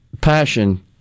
passion